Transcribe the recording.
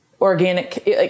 organic